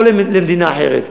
או יצא למדינה אחרת.